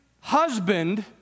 husband